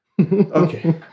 Okay